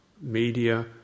media